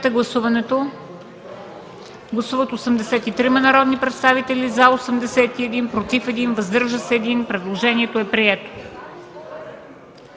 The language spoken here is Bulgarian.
отхвърлен. Гласували 83 народни представители: за 81, против 1, въздържал се 1. Предложението е прието.